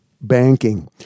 Banking